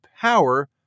power